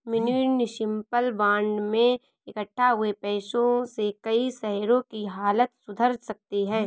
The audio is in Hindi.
म्युनिसिपल बांड से इक्कठा हुए पैसों से कई शहरों की हालत सुधर सकती है